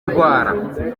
ndwara